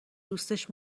دوستش